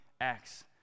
acts